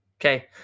Okay